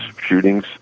shootings